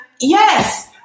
yes